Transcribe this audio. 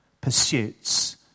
pursuits